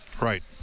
right